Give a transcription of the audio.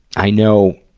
i know,